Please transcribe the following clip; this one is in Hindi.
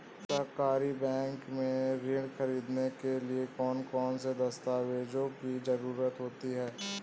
सहकारी बैंक से ऋण ख़रीदने के लिए कौन कौन से दस्तावेजों की ज़रुरत होती है?